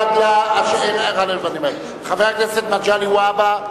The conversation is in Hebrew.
מגלי והבה,